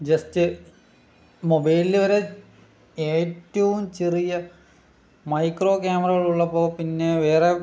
just മൊബൈലില് വരെ ഏറ്റവും ചെറിയ മൈക്രോ ക്യാമറകൾ ഉള്ളപ്പോൾ പിന്നെ വേറെ